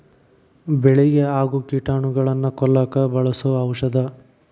ಬೆಳಿಗೆ ಆಗು ಕೇಟಾನುಗಳನ್ನ ಕೊಲ್ಲಾಕ ಬಳಸು ಔಷದ